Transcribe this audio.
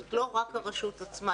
זאת לא רק הרשות עצמה.